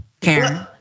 Karen